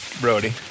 Brody